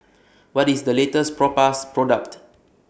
What IS The latest Propass Product